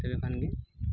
ᱛᱟᱦᱚᱞᱮ ᱠᱷᱟᱱ ᱜᱮ